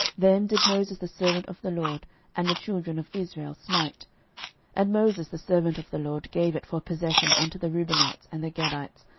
them did moses the servant of the lord and the children of israel smite and moses the servant of the lord gave it for a possession unto the reubenites, and the gadites,